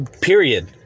period